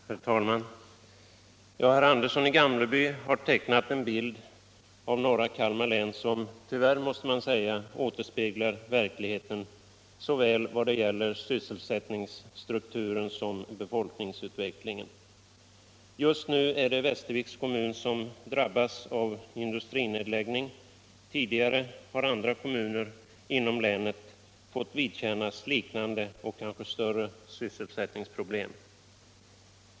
Nr 27 Herr talman! Herr Andersson i Gamleby har tecknat en bild av norra Tisdagen den Kalmar län som — tyvärr måste man säga — återspeglar verkligheten i 16 november 1976 vad gäller såväl sysselsättningsstrukturen som befolkningsutvecklingen. I Just nu är det Västerviks kommun som drabbas av industrinedläggning Om regionalpoli —- tidigare har andra kommuner inom länet fått vidkännas liknande och = tiskt stöd till norra kanske större sysselsättningsproblem.